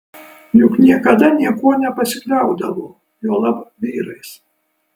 juk niekada niekuo nepasikliaudavo juolab vyrais